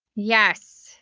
yes.